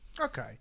okay